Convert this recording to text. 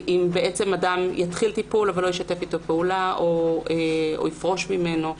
אם אדם יתחיל טיפול אבל לא ישתף פעולה או יפרוש ממנו.